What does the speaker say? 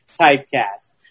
typecast